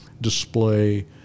display